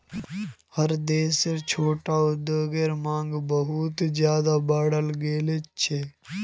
हर देशत छोटो उद्योगेर मांग बहुत ज्यादा बढ़ गेल छेक